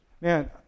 Man